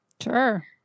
Sure